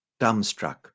dumbstruck